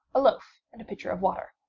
a loaf and a pitcher of water.